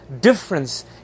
difference